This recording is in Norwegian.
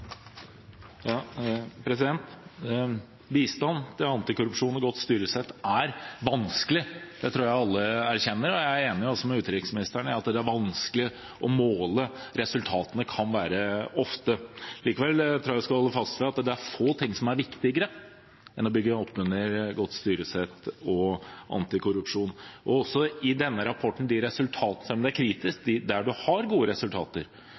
vanskelig, det tror jeg alle erkjenner. Jeg er også enig med utenriksministeren i at det ofte kan være vanskelig å måle resultatene. Likevel tror jeg vi skal holde fast ved at det er få ting som er viktigere enn å bygge opp under godt styresett og antikorrupsjon. Også i denne rapporten – selv om den er kritisk – der man har gode resultater